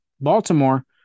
Baltimore